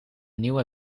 nieuwe